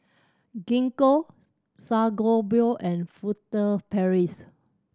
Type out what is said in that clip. Gingko Sangobion and Furtere Paris